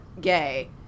gay